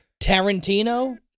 Tarantino